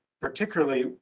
particularly